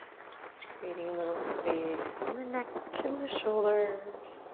just creating a little space in the neck and the shoulders.